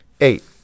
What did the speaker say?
Eight